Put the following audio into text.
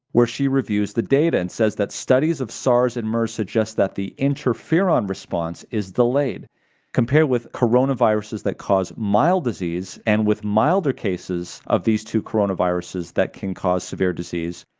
where she reviews the data and says that studies of sars and mers suggest that the interferon response is delayed compared with coronaviruses that cause mild disease, and with milder cases of these two coronaviruses that can cause severe disease,